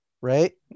right